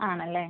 ആണല്ലെ